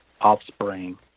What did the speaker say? offspring